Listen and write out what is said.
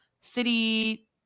City